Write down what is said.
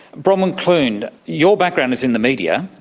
bronwen clune, your background is in the media,